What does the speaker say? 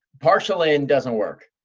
partial in doesn't work.